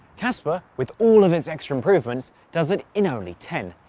cassper, with all of its extra improvements, does it in only ten.